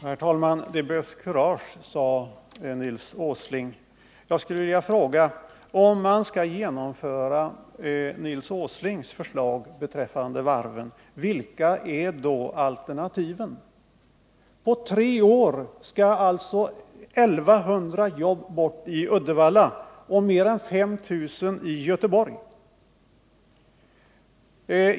Herr talman! Det behövs kurage, sade Nils Åsling. Jag skulle då vilja fråga: Om man skall genomföra Nils Åslings förslag beträffande varven, vilka är då alternativen? På tre år skall alltså 1 100 jobb bort i Uddevalla och mer än 5 000 i Göteborg.